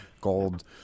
gold